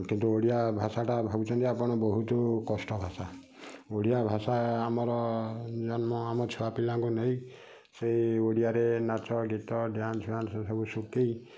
କିନ୍ତୁ ଓଡ଼ିଆ ଭାଷାଟା ଭାବୁଛନ୍ତି ଆପଣ ବହୁତୁ କଷ୍ଟ ଭାଷା ଓଡ଼ିଆ ଭାଷା ଆମର ଜନ୍ମ ଆମ ଛୁଆପିଲାଙ୍କୁ ନେଇ ସେଇ ଓଡ଼ିଆରେ ନାଚ ଗୀତ ଡ୍ୟାନ୍ସ ଫ୍ୟାନ୍ସ ସବୁ ଶିଖାଇ